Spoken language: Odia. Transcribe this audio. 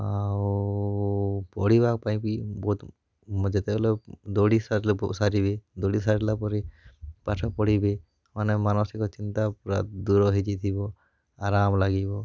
ଆଉ ପଢ଼ିବା ପାଇଁ ବି ବହୁତ ମ ଯେତେବେଳେ ଦଉଡ଼ି ସାରିଲେ ସାରିବେ ଦଉଡ଼ି ସାରିଲା ପରେ ପାଠ ପଢ଼ିବେ ମାନେ ମାନସିକ ଚିନ୍ତା ପୁରା ଦୁର ହେଇଯାଇଥିବ ଆରାମ ଲାଗିବ